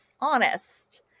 honest